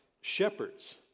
shepherds